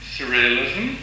Surrealism